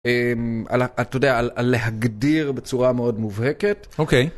אתה יודע, על להגדיר בצורה מאוד מובהקת. אוקיי.